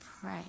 pray